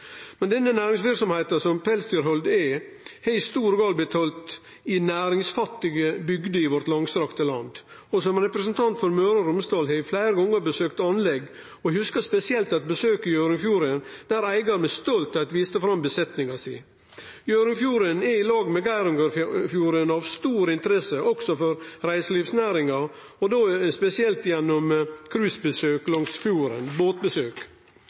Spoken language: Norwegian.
Denne næringsverksemda som pelsdyrhald er, har i stor grad blitt driven i næringsfattige bygder i vårt langstrekte land. Som representant for Møre og Romsdal har eg fleire gonger besøkt anlegg, og eg hugsar spesielt eit besøk i Hjørundfjorden der eigaren med stoltheit viste fram besetninga si. Hjørundfjorden er i lag med Geirangerfjorden av stor interesse også for reiselivsnæringa, og då spesielt gjennom cruiseskipbesøk langs fjorden.